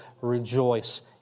rejoice